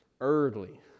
early